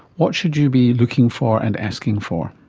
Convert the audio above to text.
what should you be looking for and asking for?